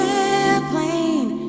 airplane